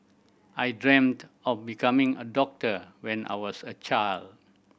I dreamt of becoming a doctor when I was a child